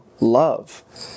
love